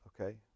okay